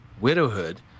widowhood